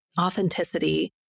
authenticity